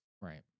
Right